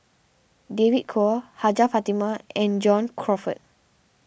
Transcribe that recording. David Kwo Hajjah Fatimah and John Crawfurd